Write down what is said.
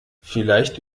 vielleicht